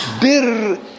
bir